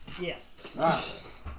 Yes